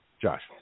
Josh